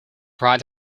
write